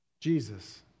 Jesus